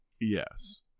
Yes